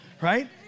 right